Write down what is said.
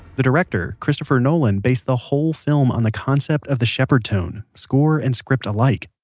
the director, christopher nolan, based the whole film on the concept of the shepard tone score and script alike.